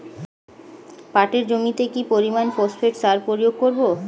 পাটের জমিতে কি পরিমান ফসফেট সার প্রয়োগ করব?